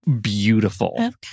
beautiful